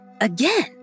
again